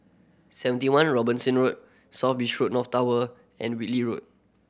Seventy One Robinson Road South Beach North Tower and Whitley Road